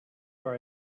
for